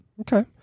Okay